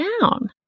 down